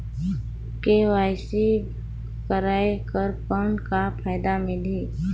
KYC कराय कर कौन का फायदा मिलही?